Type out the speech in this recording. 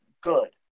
good